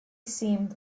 seemed